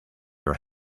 your